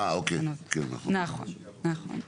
נכון.